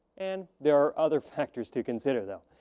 and there are other factors to consider though.